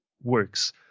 works